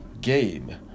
game